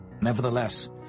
Nevertheless